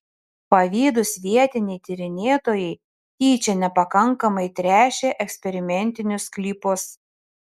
pavydūs vietiniai tyrinėtojai tyčia nepakankamai tręšė eksperimentinius sklypus